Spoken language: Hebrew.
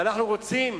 ואנחנו רוצים